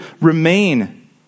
remain